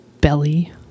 belly